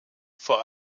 vor